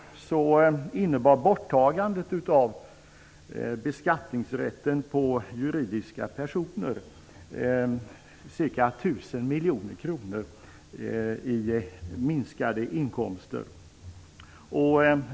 Borttagandet av beskattningsrätten på juridiska personer innebar exempelvis 1 000 miljoner kronor i minskade inkomster.